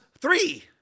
three